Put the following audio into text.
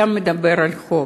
אתה מדבר על חוק,